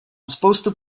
spoustu